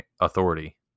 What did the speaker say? authority